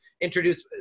introduce